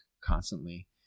constantly